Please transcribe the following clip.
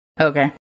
Okay